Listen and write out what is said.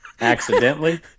accidentally